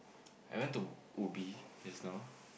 I went to ubi just now